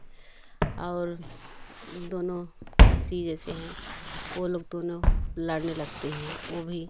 और दोनों खास यह जैसे है वे लोग दोनों लड़ने लगती हैं वे भी